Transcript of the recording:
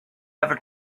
ever